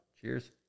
Cheers